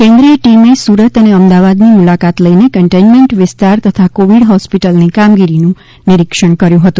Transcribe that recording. કેન્દ્રીય ટીમે સુરત અને અમદાવાદની મુલાકાત લઈને કેન્ટનમેન્ટ વિસ્તાર તથા કોવિડ હોસ્પિટલની કામગીરીનું નિરીક્ષણ કર્યું હતું